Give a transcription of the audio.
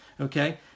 okay